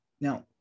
Now